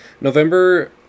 November